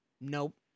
Nope